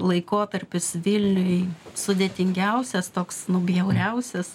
laikotarpis vilniui sudėtingiausias toks nu bjauriausias